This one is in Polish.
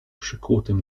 przykutym